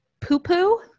poo-poo